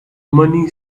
money